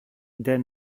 der